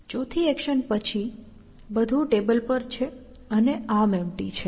ચોથી એક્શન પછી બધું ટેબલ પર છે અને ArmEmpty છે